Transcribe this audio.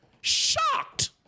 Shocked